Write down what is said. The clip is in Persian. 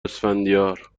اسفندیار